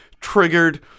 triggered